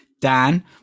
Dan